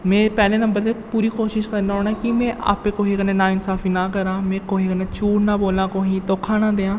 में पैह्ले नम्बर ते पूरी कोशिश करना होन्नां कि में आपै कुसै कन्नै नाइंसाफी ना करां में कुसै कन्नै झूठ ना बोल्लां कुसै गी धोखा ना देआं